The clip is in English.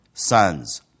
Sons